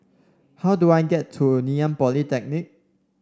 how do I get to Ngee Ann Polytechnic